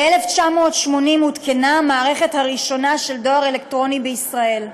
ב-1980 הותקנה המערכת הראשונה של דואר אלקטרוני בישראל.